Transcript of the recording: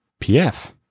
PF